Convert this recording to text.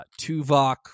Tuvok